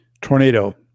Tornado